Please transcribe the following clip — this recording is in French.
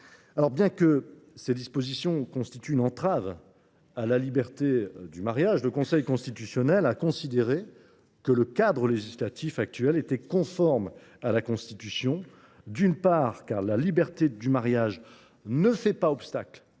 Bien que ces dispositions constituent une entrave à la liberté du mariage, le Conseil constitutionnel a considéré que le cadre législatif actuel était conforme à la Constitution. D’une part, en effet, cette liberté « ne fait pas obstacle